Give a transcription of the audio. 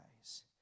eyes